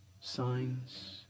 signs